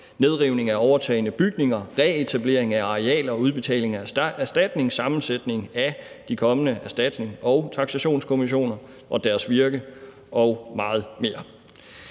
nedrivning af overtagne bygninger, reetablering af arealer og udbetaling af erstatning, sammensætning af de kommende erstatnings- og taksationskommissioner og deres virke og meget mere.